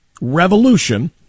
Revolution